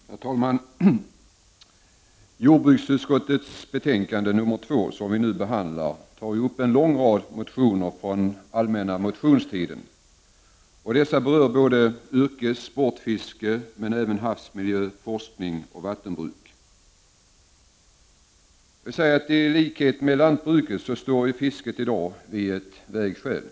Herr talman! Jordbruksutskottets betänkande nr 2, som vi nu behandlar, tar upp en lång rad motioner från allmänna motionstiden. Dessa berör både yrkesoch sportfiske men även havsmiljö, forskning och vattenbruk. I likhet med lantbruket står fisket i dag vid ett vägskäl.